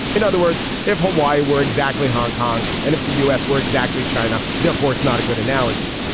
in other words if hawaii were exactly hong kong and if the u s. were exactly china therefore it's not a good analogy